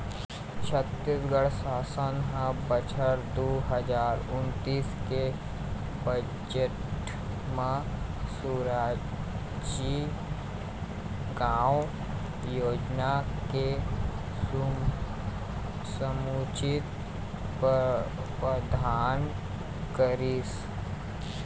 छत्तीसगढ़ सासन ह बछर दू हजार उन्नीस के बजट म सुराजी गाँव योजना के समुचित प्रावधान करिस